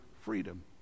freedom